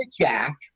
Jack